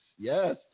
yes